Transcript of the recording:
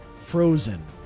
frozen